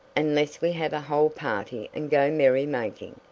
unless we have a whole party and go merry-making.